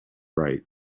right